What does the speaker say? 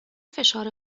فشار